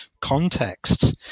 contexts